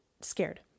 scared